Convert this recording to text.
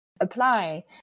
apply